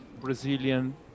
Brazilian